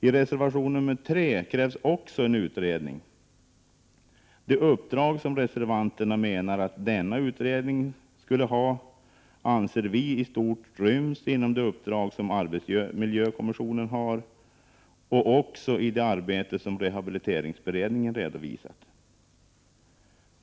I reservation nr 3 krävs också en utredning. Det uppdrag som reservanterna menar att denna utredning skulle ha anser vi i stort sett ryms i det uppdrag som arbetsmiljökommissionen har och även i det arbete som rehabiliteringsberedningen redovisat.